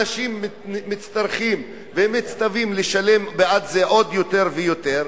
שהאנשים צריכים ומצטווים לשלם בעד זה עוד יותר ויותר,